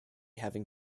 having